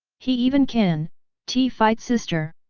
he even can t fight sister.